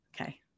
Okay